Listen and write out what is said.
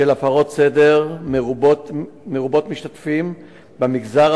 של הפרות סדר מרובות-משתתפים במגזר